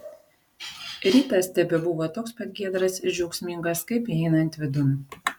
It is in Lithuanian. rytas tebebuvo toks pat giedras ir džiaugsmingas kaip įeinant vidun